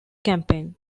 campaign